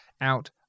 out